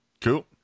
Cool